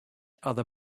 other